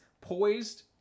poised